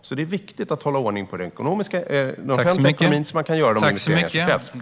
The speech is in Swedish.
Det är alltså viktigt att hålla ordning i den offentliga ekonomin, så att man kan göra de investeringar som krävs.